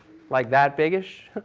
like that biggish,